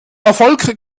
erfolg